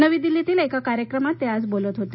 नवी दिल्लीतील एका कार्यक्रमात ते आज बोलत होते